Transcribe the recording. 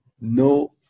No